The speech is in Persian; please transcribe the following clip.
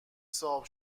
صاحب